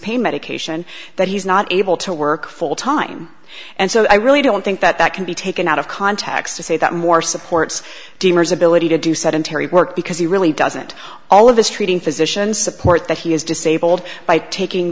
pain medication that he's not able to work full time and so i really don't think that that can be taken out of context to say that more supports demers ability to do sedentary work because he really doesn't all of this treating physician support that he is disabled by taking